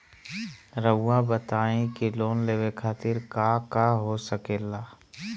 रउआ बताई की लोन लेवे खातिर काका हो सके ला?